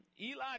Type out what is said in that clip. Eli